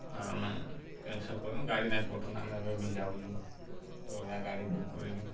ଆମେ କେନ୍ସେଲ୍ କରିଦଉନ୍ ଗାଡ଼ି ନାଇଁ ପଠୁନ୍ ଆମେ ଏବେବ ଯାଉଚୁଁ ଅଲ୍ଗା ଗାଡ଼ି ବୁକ୍ କରିକିନା